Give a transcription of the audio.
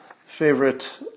favorite